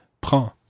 prend